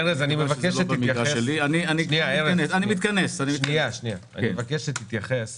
ארז, אני מבקש שתתייחס